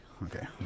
Okay